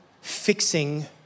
fixing